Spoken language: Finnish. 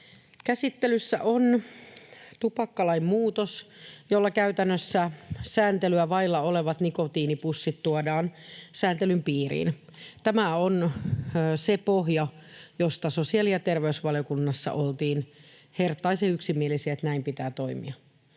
Käsittelyssä on tupakkalain muutos, jolla käytännössä sääntelyä vailla olevat nikotiinipussit tuodaan sääntelyn piiriin. Tämä on se pohja, josta sosiaali- ja terveysvaliokunnassa oltiin herttaisen yksimielisiä, että näin pitää toimia.